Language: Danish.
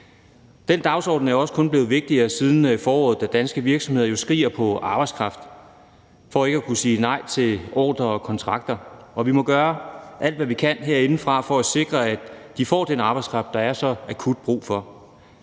Den dagsorden er jo også kun blevet vigtigere siden foråret, da danske virksomheder jo skriger på arbejdskraft for ikke at skulle sige nej til ordrer og kontrakter. Vi må gøre alt, hvad vi kan, herindefra for at sikre, at de får den arbejdskraft, som der er så akut brug for.